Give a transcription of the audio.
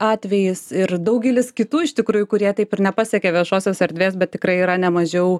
atvejis ir daugelis kitų iš tikrųjų kurie taip ir nepasiekė viešosios erdvės bet tikrai yra ne mažiau